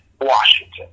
Washington